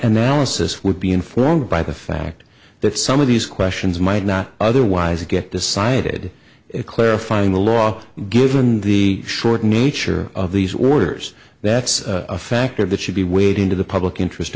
this would be informed by the fact that some of these questions might not otherwise get decided it clarifying the law given the short nature of these orders that's a factor that should be weighed into the public interest